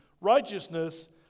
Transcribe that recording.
righteousness